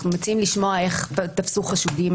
אנחנו מציעים לשמוע איך תפסו חשודים